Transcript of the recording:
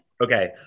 Okay